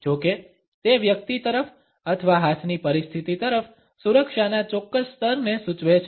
જો કે તે વ્યક્તિ તરફ અથવા હાથની પરિસ્થિતિ તરફ સુરક્ષાના ચોક્કસ સ્તરને સૂચવે છે